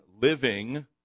living